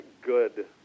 good